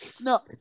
No